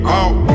out